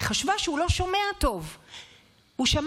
היא חשבה שהוא לא שומע טוב,